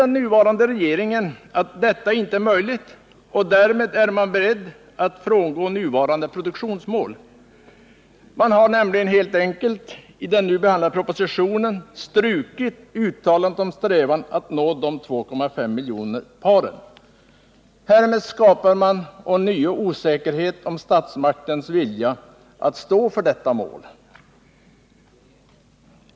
Den nuvarande regeringen tycks anse att detta inte är möjligt, och därmed är man beredd att frångå nuvarande produktionsmål. Man har nämligen helt enkelt i den nu behandlade propositionen strukit uttalandet om en strävan att nå de 2,5 miljoner paren. Därmed skapar man ånyo osäkerhet om statsmaktens vilja att stå för detta mål.